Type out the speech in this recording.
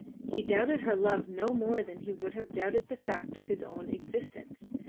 he doubted her love no more than he would have doubted the fact of his own existence,